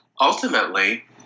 ultimately